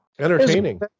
entertaining